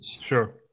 sure